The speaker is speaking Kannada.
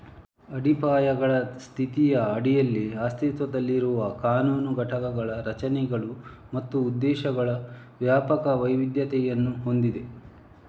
ಅಡಿಪಾಯಗಳ ಸ್ಥಿತಿಯ ಅಡಿಯಲ್ಲಿ ಅಸ್ತಿತ್ವದಲ್ಲಿರುವ ಕಾನೂನು ಘಟಕಗಳು ರಚನೆಗಳು ಮತ್ತು ಉದ್ದೇಶಗಳ ವ್ಯಾಪಕ ವೈವಿಧ್ಯತೆಯನ್ನು ಹೊಂದಿವೆ